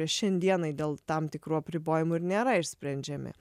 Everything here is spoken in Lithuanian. šiandienai dėl tam tikrų apribojimų ir nėra išsprendžiami